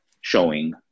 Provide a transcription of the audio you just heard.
showing